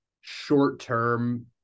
short-term